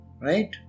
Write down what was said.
right